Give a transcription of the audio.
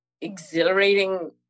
exhilarating